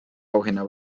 auhinna